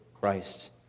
Christ